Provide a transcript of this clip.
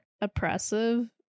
oppressive